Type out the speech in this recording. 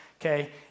okay